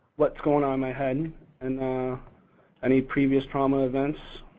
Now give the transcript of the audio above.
what's going on in my head and any previous trauma events.